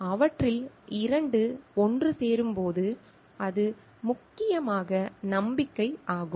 அவற்றில் இரண்டு ஒன்று சேரும் போது அது முக்கியமாக நம்பிக்கை ஆகும்